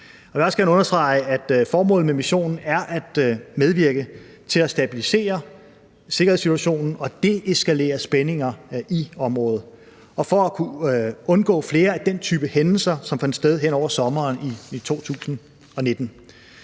Jeg vil også gerne understrege, at formålet med missionen er at medvirke til at stabilisere sikkerhedssituationen og deeskalere spændinger i området og for at kunne undgå flere af den type hændelser, som fandt sted hen over sommeren 2019.